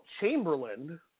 Chamberlain